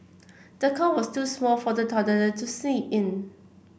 the cot was too small for the toddler to sleep in